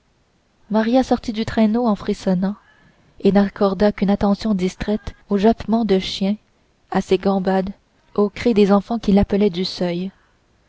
maria sortit du traîneau en frissonnant et n accorda qu'une attention distraite aux happements de chien à ses gambades aux cris des enfants qui l'appelaient du seuil